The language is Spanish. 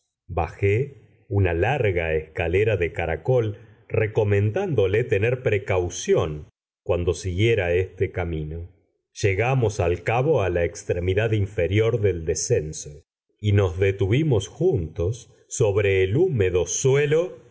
bajé una larga escalera de caracol recomendándole tener precaución cuando siguiera este camino llegamos al cabo a la extremidad inferior del descenso y nos detuvimos juntos sobre el húmedo suelo